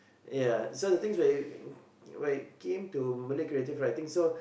ya so the thing's very when it came to Malay creative writing so